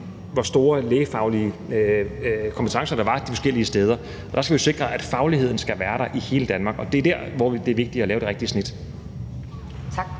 hvor store lægefaglige kompetencer der var de forskellige steder. Der skal vi jo sikre, at fagligheden er der i hele Danmark, og det er der, det er vigtigt at lave det rigtige snit. Kl.